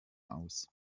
aus